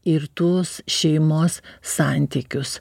ir tos šeimos santykius